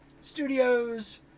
Studios